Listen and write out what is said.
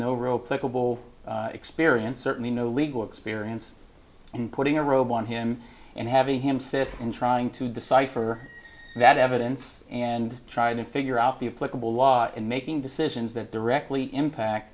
clickable experience certainly no legal experience and putting a robe on him and having him sit in trying to decipher that evidence and try to figure out the a clickable law and making decisions that directly impact